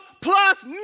plus